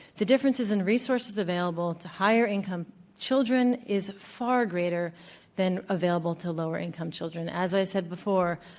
the differences in resources available to higher income children is far greater than available to lower income children. as i said before,